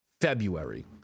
February